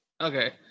Okay